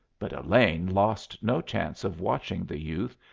but elaine lost no chance of watching the youth,